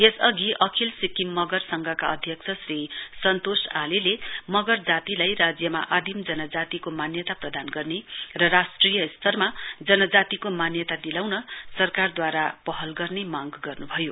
यसअघि अखिल सिक्किम मगर संघका अध्यक्ष श्री सन्तोष आलेले मगर जातिलाई राज्यमा आदिम जनजातिको मान्यता प्रदान गर्ने र राष्ट्रिय स्तरमा जनजातिको मान्यता दिलाउन सरकारदूवारा पहल गर्ने मांग गर्नुभयो